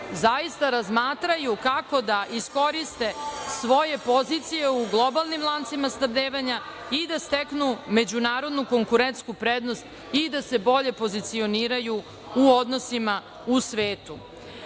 zaista razmatraju kako da iskoriste svoje pozicije u globalnim lancima snabdevanja i da steknu međunarodnu konkurentsku prednost i da se bolje pozicioniraju u odnosima u svetu. Ono